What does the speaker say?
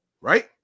right